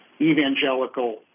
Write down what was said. evangelical